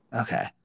Okay